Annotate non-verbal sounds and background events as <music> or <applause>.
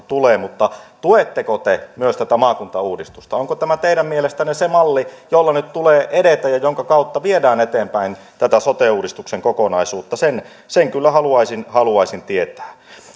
<unintelligible> tulee mutta tuetteko te myös tätä maakuntauudistusta onko tämä teidän mielestänne se malli jolla nyt tulee edetä ja jonka kautta viedään eteenpäin tätä sote uudistuksen kokonaisuutta sen sen kyllä haluaisin haluaisin tietää